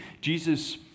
Jesus